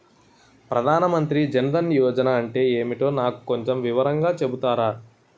ప్రధాన్ మంత్రి జన్ దన్ యోజన అంటే ఏంటో నాకు కొంచెం వివరంగా చెపుతారా?